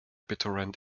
bittorrent